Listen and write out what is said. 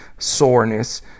soreness